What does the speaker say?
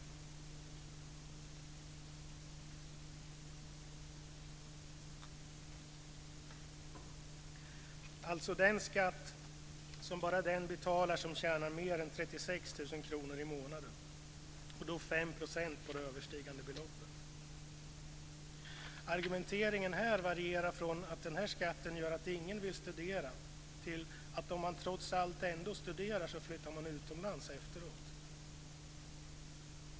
Det handlar alltså om den skatt som bara den betalar som tjänar mer än 36 000 kr i månaden, och den är då 5 % Argumenteringen här varierar från att den här skatten gör att ingen vill studera till att om man trots allt ändå studerar så flyttar man utomlands efteråt.